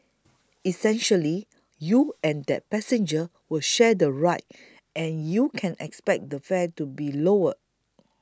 essentially you and that passenger will share the ride and you can expect the fare to be lower